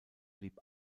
blieb